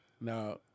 Now